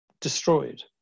destroyed